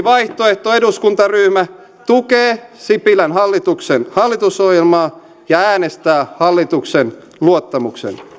vaihtoehto eduskuntaryhmä tukee sipilän hallituksen hallitusohjelmaa ja äänestää hallituksen luottamuksen